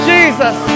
Jesus